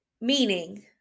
meaning